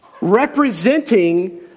Representing